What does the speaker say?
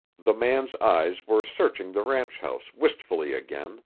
the man's eyes were searching the ranch-house wistfully again.